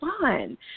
fun